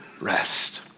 rest